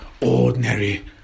ordinary